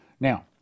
Now